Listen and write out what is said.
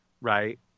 Right